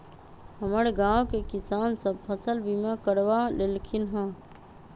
हमर गांव के किसान सभ फसल बीमा करबा लेलखिन्ह ह